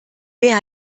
wer